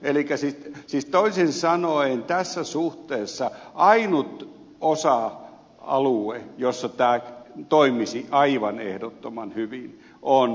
elikkä siis toisin sanoen tässä suhteessa ainut osa alue jossa tämä toimisi aivan ehdottoman hyvin on rotujärjestöt